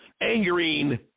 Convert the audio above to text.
angering